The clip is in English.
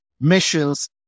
missions